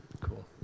Cool